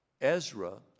Ezra